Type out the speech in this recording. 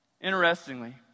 Interestingly